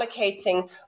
allocating